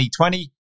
2020